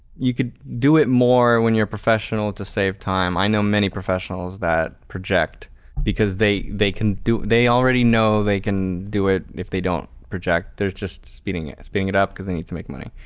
you could do it more when you're professional to save time. i know many professionals that project because they they can do they already know they can do it if they don't project, they're just speeding it speeding it up because they need to make money.